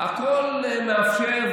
הכול מאפשר,